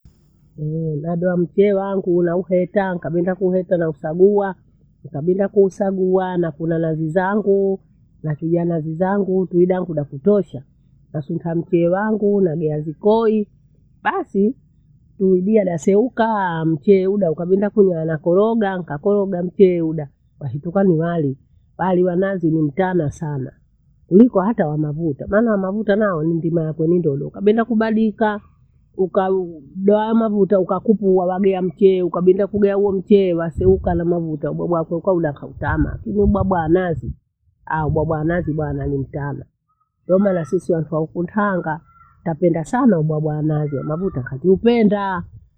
Ehee, nadoa mchele wangu naupeta, nikaghenda kuhete nausagua, nikabinda kuusagua nakuna nazi zangu, nachuja nazi zangu tui dangu dakutosha. Nasunta mchele wangu, nagea vikoi basii iibia daseukaa, mchele uda ukabinda kulea nakoroga, nkakoroga mchele uda kwahikutana wali. Wali wa nazi ni mtana sana kuliko hata wamavuta, maana wamavuta nao nindima yake ni dodo. Kabinda kubadika ukau doa mavuta ukakupu wawagea mcheye ukabinda kugea huo mcheye waseuka na mafuta, ubwabwa wako ukaula kautama. Hivi ubwabwa wa nazi, aah! ubwabwa wa nazi bwana ni mtana. Wemana sisi wafu wauku Tanga, tapenda sana ubwabwa wa nazi wamafuta katiupenda.